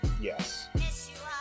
Yes